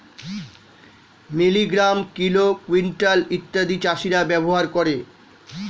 milligram, kilo, quintal ইত্যাদি চাষীরা ব্যবহার করে